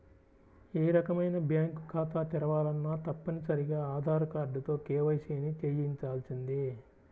ఏ రకమైన బ్యేంకు ఖాతా తెరవాలన్నా తప్పనిసరిగా ఆధార్ కార్డుతో కేవైసీని చెయ్యించాల్సిందే